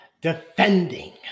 defending